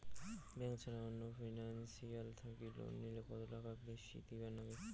Bank ছাড়া অন্য financial থাকি লোন নিলে কতটাকা বেশি দিবার নাগে?